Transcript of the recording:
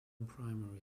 primary